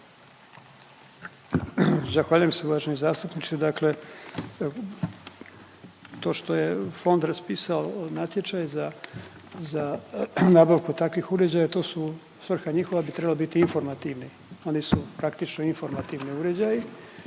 Zahvaljujem se uvaženi zastupniče. Dakle to što je fond raspisao natječaj za, za nabavku takvih uređaja, to su, svrha njihova bi trebala biti informativni, oni su praktično informativni uređaji